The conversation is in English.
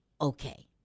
okay